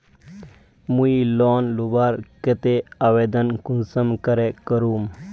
मुई लोन लुबार केते आवेदन कुंसम करे करूम?